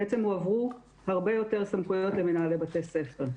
בעצם הועברו הרבה יותר סמכויות למנהלי בתי ספר.